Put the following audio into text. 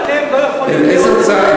על איזה הוצאה?